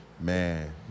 Man